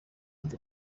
ati